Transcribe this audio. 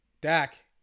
Dak